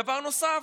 דבר נוסף,